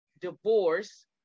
divorce